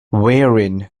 wearing